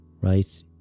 right